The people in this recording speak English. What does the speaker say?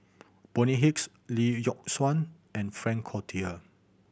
Bonny Hicks Lee Yock Suan and Frank Cloutier